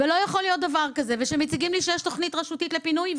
לא יכול להיות דבר כזה שמציגים לי שיש תוכנית רשותית לפינוי,